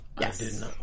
Yes